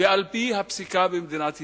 ועל-פי הפסיקה במדינת ישראל,